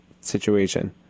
situation